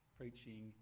preaching